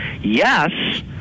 Yes